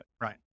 Right